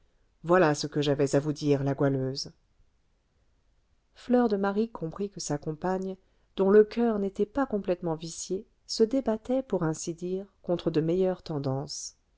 voilà ce que j'avais à vous dire la goualeuse fleur de marie comprit que sa compagne dont le coeur n'était pas complètement vicié se débattait pour ainsi dire contre de meilleures tendances